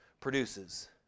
produces